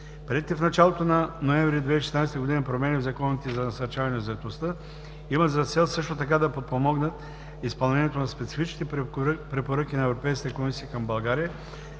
Приетите в началото на месец ноември 2016 г. промени в Закона за насърчаване на заетостта имат за цел също така да подпомогнат изпълнението на специфичните препоръки на Европейската комисия към България,